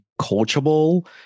coachable